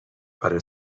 آره